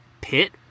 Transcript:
pit